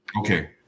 Okay